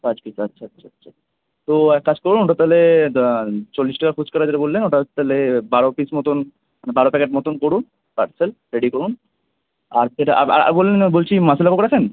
পাঁচ পিস আচ্ছা আচ্ছা আচ্ছা তো এক কাজ করুন ওটা তাহলে চল্লিশ টাকার ফুচকাটা যেটা বললেন ওটা তাহলে বারো পিস মতোন বারো প্যাকেট মতো করুন পার্সেল রেডি করুন আর যেটা আর আর শুনুন না বলছি মাশলা পাঁপড় রাখেন